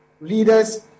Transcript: leaders